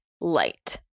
light